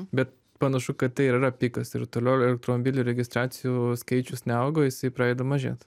bet panašu kad tai ir yra pikas ir toliau elektromobilių registracijų skaičius neaugo jisai pradeda mažėt